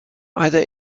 either